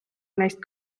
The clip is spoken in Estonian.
neist